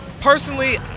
Personally